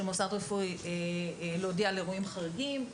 מוסד רפואי להודיע על אירועים חריגים.